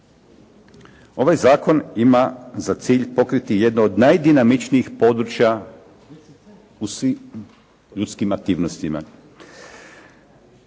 Ovaj zakon ima za cilj pokriti jedno od najdinamičnijih područja u svim ljudskim aktivnostima.